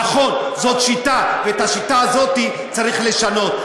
נכון, זאת שיטה, ואת השיטה הזאת צריך לשנות.